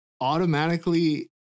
Automatically